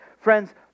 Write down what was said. Friends